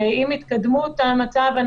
עם התקדמות המצב,